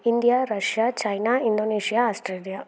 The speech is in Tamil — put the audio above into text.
India Russia China Indonesia Australia